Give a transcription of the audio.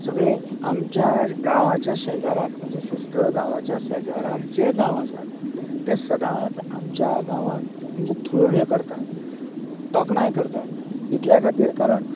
सगळे आमच्या गांवांच्या शेजाराक म्हणजे श्रीस्थळ गांवांच्या शेजाराक जे गांव आसात ते सदांच आमच्या गांवांक म्हणजे थळण्यो करतात तोखणाय करतात इतल्या खतीर कारण